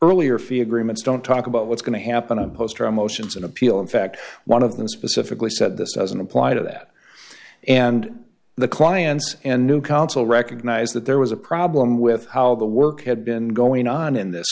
earlier fee agreements don't talk about what's going to happen a poster on motions an appeal in fact one of them specifically said this doesn't apply to that and the clients and new counsel recognize that there was a problem with how the work had been going on in this